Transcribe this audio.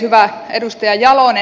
hyvä edustaja jalonen